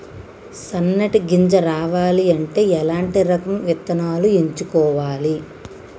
సన్నటి గింజ రావాలి అంటే ఎలాంటి రకం విత్తనాలు ఎంచుకోవాలి?